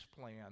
plan